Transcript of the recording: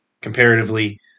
comparatively